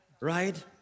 right